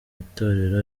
itorero